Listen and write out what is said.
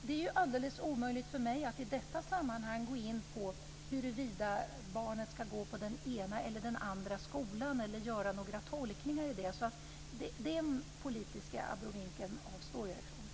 Det är alldeles omöjligt för mig att i detta sammanhang gå in på huruvida barnet ska gå på den ena eller den andra skolan eller göra några tolkningar av det. Den politiska abrovinken avstår jag ifrån.